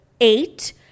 eight